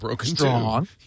strong